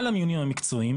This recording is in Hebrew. על המיונים המקצועיים,